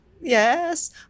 Yes